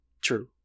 True